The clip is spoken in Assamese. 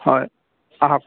হয় আহক